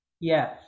Yes